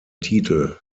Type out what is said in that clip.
titel